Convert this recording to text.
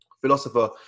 philosopher